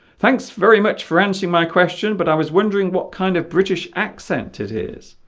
thanks very much for answering my question but i was wondering what kind of british accent it is